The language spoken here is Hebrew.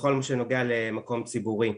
בכל מה שנוגע למקום ציבורי.